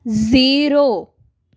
zero